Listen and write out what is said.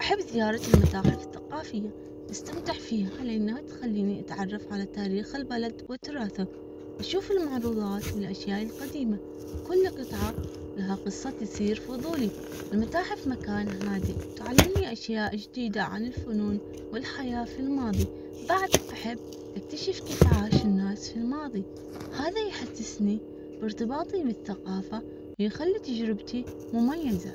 أحب زيارة المتاحف الثقافية، أستمتع فيها لأنها تخليني أتعرف على تاريخ البلد وتراثه، أشوف المعروضات والأشياء القديمة، كل قطعة لها قصة تثير فضولي المتاحف مكان هادئ، تعلمني أشياء جديدة عن الفنون والحياة. في الماضي بعد أحب أكتشف كيف عاش الناس في الماضي.